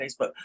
Facebook